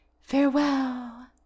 Farewell